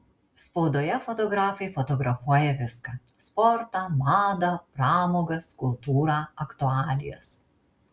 spaudoje fotografai fotografuoja viską sportą madą pramogas kultūrą aktualijas